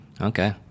Okay